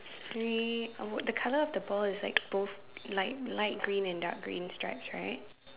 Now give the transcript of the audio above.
three uh the colour of the ball is like both light light green and dark green stripes right